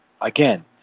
Again